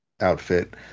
outfit